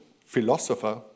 philosopher